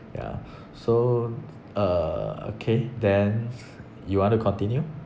ya so uh okay then you want to continue